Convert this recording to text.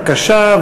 בבקשה,